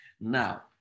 now